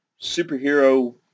superhero